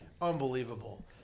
Unbelievable